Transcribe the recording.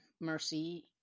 mercy